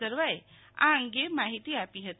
ગરવાએ આ અંગે વધુ માહિતી આપી હતી